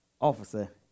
officer